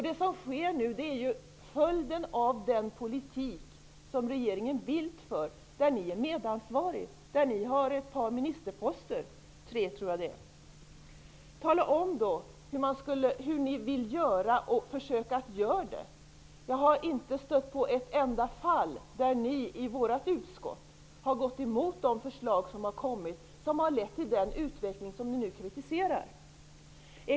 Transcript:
Det som sker nu är ju följden av den politik som regeringen Bildt för, där kds har ett par ministerposter och är medansvarigt. Tala om hur ni vill göra och försök att göra det. Jag har inte stött på ett enda fall där ni i vårt utskott har gått emot förslag som har lett till den utveckling som ni nu kritiserar.